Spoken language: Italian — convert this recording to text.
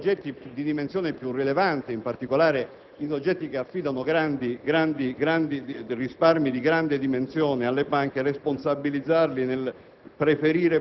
i soggetti di dimensione più rilevante, in particolare quei soggetti che affidano risparmi di grande dimensione alle banche, affinché